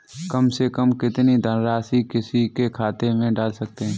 कम से कम कितनी धनराशि किसी के खाते में डाल सकते हैं?